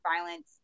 violence